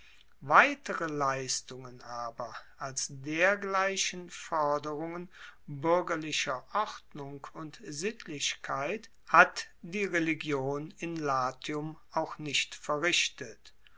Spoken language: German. weitere leistungen aber als dergleichen foerderungen buergerlicher ordnung und sittlichkeit hat die religion in latium auch nicht verrichtet